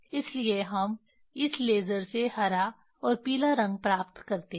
इसलिए हम इस लेज़र से हरा और पीला रंग प्राप्त करते हैं